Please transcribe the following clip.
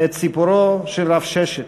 את סיפורו של רב ששת.